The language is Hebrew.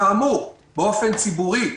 כאמור באופן ציבורי,